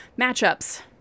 Matchups